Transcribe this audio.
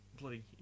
bloody